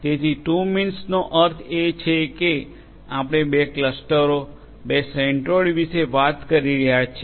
તેથી 2 meanટૂ મીન્સ નો અર્થ એ છે કે આપણે બે ક્લસ્ટરો બે સેન્ટ્રોઇડ્સ વિશે વાત કરી રહ્યા છીએ